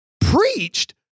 preached